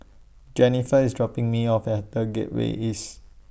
Jenniffer IS dropping Me off At The Gateway East